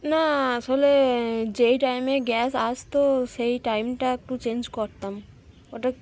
না আসলে যেই টাইমে গ্যাস আসত সেই টাইমটা একটু চেঞ্জ করতাম ওটা